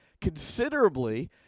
considerably